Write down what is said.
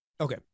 Okay